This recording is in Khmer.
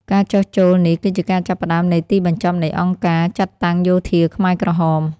ការចុះចូលនេះគឺជាការចាប់ផ្តើមនៃទីបញ្ចប់នៃអង្គការចាត់តាំងយោធាខ្មែរក្រហម។